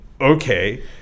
Okay